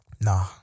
Nah